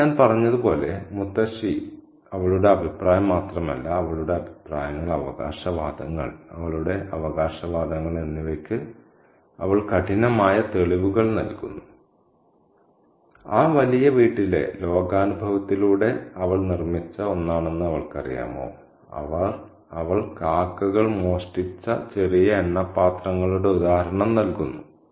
ഇപ്പോൾ ഞാൻ പറഞ്ഞതുപോലെ മുത്തശ്ശി അവളുടെ അഭിപ്രായം മാത്രമല്ല അവളുടെ അഭിപ്രായങ്ങൾ അവകാശവാദങ്ങൾ അവളുടെ അവകാശവാദങ്ങൾ എന്നിവയ്ക്ക് അവൾ കഠിനമായ തെളിവുകൾ നൽകുന്നു ആ വലിയ വീട്ടിലെ ലോകാനുഭവത്തിലൂടെ അവൾ നിർമ്മിച്ച ഒന്നാണെന്ന് അവൾക്കറിയാമോ അവൾ കാക്കകൾ മോഷ്ടിച്ച ചെറിയ എണ്ണ പാത്രങ്ങളുടെ ഉദാഹരണം നൽകുന്നു